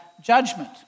Judgment